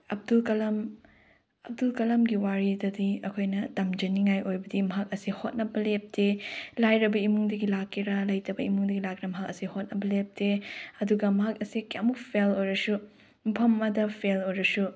ꯑꯞꯗꯨꯜ ꯀꯂꯥꯝ ꯑꯞꯗꯨꯜ ꯀꯂꯥꯝꯒꯤ ꯋꯥꯔꯤꯗꯗꯤ ꯑꯩꯈꯣꯏꯅ ꯇꯝꯖꯅꯤꯡꯉꯥꯏ ꯑꯣꯏꯕꯗꯤ ꯃꯍꯥꯛ ꯑꯁꯦ ꯍꯣꯠꯅꯕ ꯂꯦꯞꯇꯦ ꯂꯥꯏꯔꯕ ꯏꯃꯨꯡꯗꯒꯤ ꯂꯥꯛꯀꯦꯔ ꯂꯩꯇꯕ ꯏꯃꯨꯡꯗꯒꯤ ꯂꯥꯛꯀꯦꯔ ꯃꯍꯥꯛ ꯑꯁꯦ ꯍꯣꯠꯅꯕ ꯂꯦꯞꯇꯦ ꯑꯗꯨꯒ ꯃꯍꯥꯛ ꯑꯁꯦ ꯀꯌꯥꯃꯨꯛ ꯐꯦꯜ ꯑꯣꯏꯔꯁꯨ ꯃꯐꯝ ꯑꯃꯗ ꯐꯦꯜ ꯑꯣꯏꯔꯁꯨ